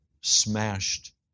smashed